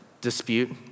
dispute